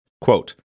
Quote